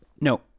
No